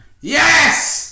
yes